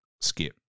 skip